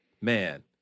man